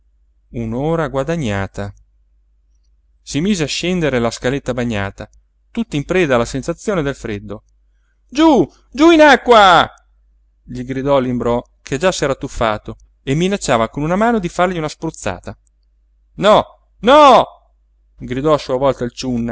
un'ora guadagnata si mise a scendere la scaletta bagnata tutto in preda alla sensazione del freddo giú giú in acqua gli gridò l'imbrò che già s'era tuffato e minacciava con una mano di fargli una spruzzata no no gridò a sua volta